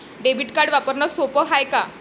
Debit card वापरणं सोप हाय का?